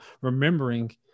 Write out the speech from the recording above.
remembering